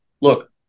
Look